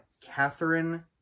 Catherine